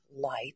light